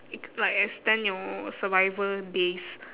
it like extend your survival days